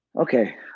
okay